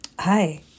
Hi